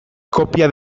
kopia